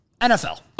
NFL